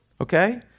Okay